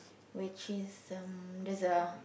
which is um there's a